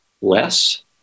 less